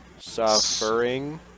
...suffering